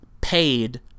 paid